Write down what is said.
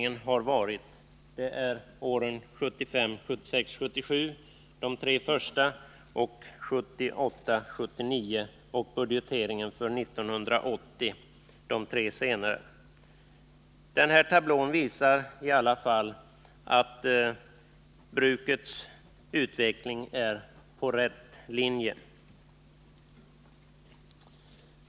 De följande tre staplarna avser åren 1978 och 1979 samt budgeteringen för 1980. Tablån visar att brukets utveckling är på rätt väg.